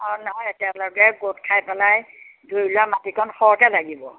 নহয় একেলগে গোট খাই পেলায় ধৰি লোৱা মাটিকণ সৰহকৈ লাগিব